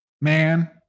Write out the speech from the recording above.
man